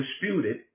disputed